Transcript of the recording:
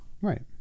right